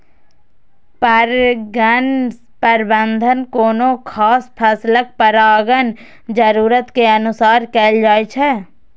परगण प्रबंधन कोनो खास फसलक परागण जरूरत के अनुसार कैल जाइ छै